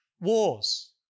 Wars